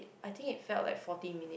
I think it felt like forty minute